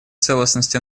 целостности